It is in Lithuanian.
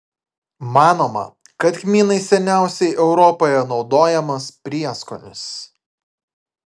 manoma kad kmynai seniausiai europoje naudojamas prieskonis